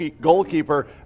goalkeeper